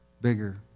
bigger